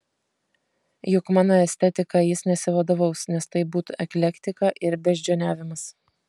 juk mano estetika jis nesivadovaus nes tai būtų eklektika ir beždžioniavimas